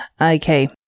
Okay